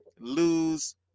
lose